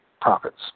profits